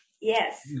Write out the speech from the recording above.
Yes